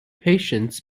patients